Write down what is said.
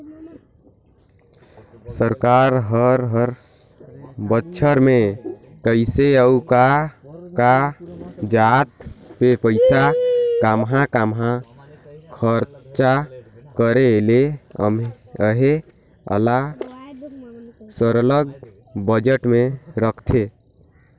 सरकार हर हर बछर में कइसे अउ का का जाएत में पइसा काम्हां काम्हां खरचा करे ले अहे एला सरलग बजट में रखथे